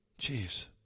Jeez